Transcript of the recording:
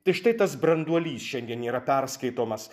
tai štai tas branduolys šiandien yra perskaitomas